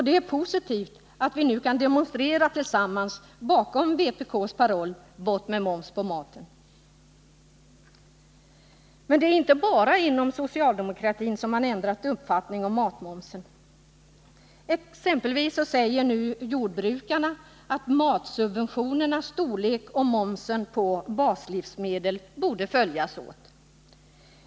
Det är positivt att vi nu demonstrerar tillsammans bakom vpk:s paroll ”Bort med moms på maten”. Men det är inte bara inom socialdemokratin som man ändrat uppfattning om matmomsen. Exempelvis säger nu jordbrukarna att matsubventionernas storlek och momsen på baslivsmedel borde följas åt.